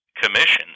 commissions